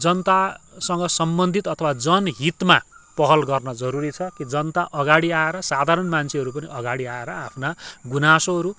जनतासँग सम्बन्धित अथवा जनहितमा पहल गर्न जरुरी छ जनता अगाडि आएर साधारण मान्छेहरू पनि अगाडि आएर आफ्ना गुनासोहरू